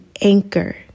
anchor